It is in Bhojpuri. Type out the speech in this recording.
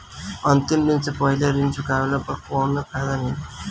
अंतिम दिन से पहले ऋण चुकाने पर कौनो फायदा मिली?